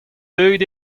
deuet